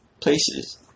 places